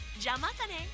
Jamatane